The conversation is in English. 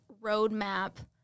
roadmap